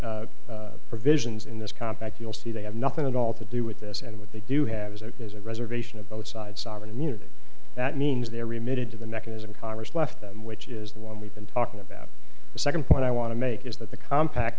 provisions in this compact you'll see they have nothing at all to do with this and what they do have is a is a reservation of both sides sovereign immunity that means they're remitted to the nec and as a congress left them which is the one we've been talking about the second point i want to make is that the compa